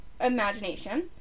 imagination